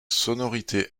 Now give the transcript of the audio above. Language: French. sonorités